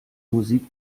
musik